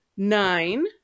nine